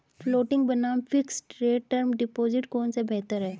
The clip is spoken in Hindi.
फ्लोटिंग बनाम फिक्स्ड रेट टर्म डिपॉजिट कौन सा बेहतर है?